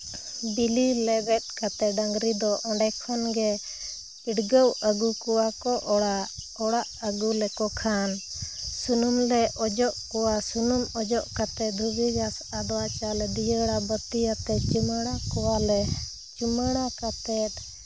ᱵᱤᱞᱤ ᱞᱮᱵᱮᱫᱽ ᱠᱟᱛᱮ ᱰᱟᱹᱝᱨᱤ ᱫᱚ ᱚᱸᱰᱮ ᱠᱷᱚᱱ ᱜᱮ ᱯᱤᱰᱜᱟᱹᱣ ᱟᱹᱜᱩ ᱠᱚᱣᱟ ᱠᱚ ᱚᱲᱟᱜ ᱚᱲᱟᱜ ᱟᱹᱜᱩ ᱞᱮᱠᱚ ᱠᱷᱟᱱᱥᱩᱱᱩᱢ ᱞᱮ ᱚᱡᱚᱜ ᱠᱚᱣᱟ ᱥᱩᱱᱩᱢ ᱚᱡᱚᱜ ᱠᱟᱛᱮ ᱫᱷᱩᱵᱤ ᱜᱷᱟᱸᱥ ᱟᱫᱚᱣᱟ ᱪᱟᱣᱞᱮ ᱫᱤᱭᱟᱹᱲᱟ ᱵᱟᱹᱛᱤᱭᱟᱛᱮᱫ ᱪᱩᱢᱟᱹᱲᱟ ᱠᱚᱣᱟᱞᱮ ᱪᱩᱢᱟᱹᱲᱟ ᱠᱟᱛᱮ